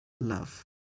love